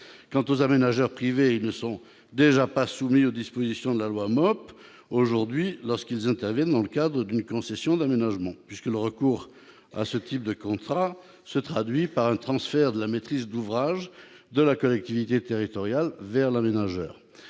soumis. Les aménageurs privés ne sont déjà pas soumis aux dispositions de la loi MOP lorsqu'ils interviennent dans le cadre d'une concession d'aménagement ; le recours à ce type de contrat se traduit par un transfert de la maîtrise d'ouvrage de la collectivité territoriale vers l'aménageur.